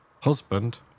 husband